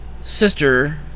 sister